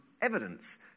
evidence